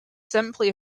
simply